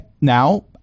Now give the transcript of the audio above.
Now